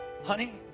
Honey